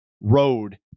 road